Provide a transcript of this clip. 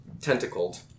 tentacled